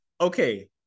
okay